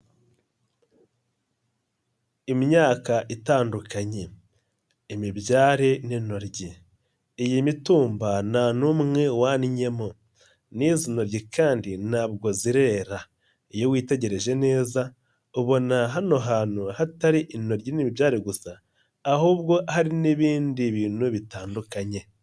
Imyaka itandukanye imibyare n'intoryi, iyi mitumba nta n'umwe wanyinnyemo nizi ntoryi kandi ntabwo zirera, iyo witegereje neza ubona hano hantu hatari intoryi n'imibyarire gusa ahubwo hari n'ibindi bintu bitandukanye.